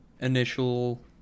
initial